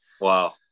Wow